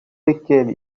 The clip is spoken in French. lesquelles